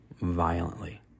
violently